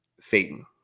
phaeton